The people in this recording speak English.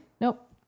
Nope